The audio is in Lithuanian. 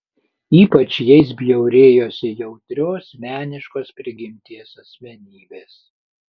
ypač jais bjaurėjosi jautrios meniškos prigimties asmenybės